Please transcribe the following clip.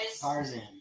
Tarzan